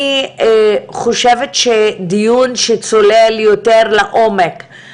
אני פותחת את ישיבת הועדה לקידום מעמד האישה ולשוויון המגדרי,